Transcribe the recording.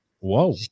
Whoa